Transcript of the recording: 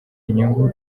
inyungu